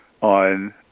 on